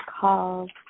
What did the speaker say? called